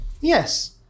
Yes